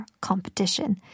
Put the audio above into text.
competition